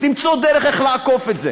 מצאו דרך איך לעקוף את זה,